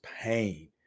pain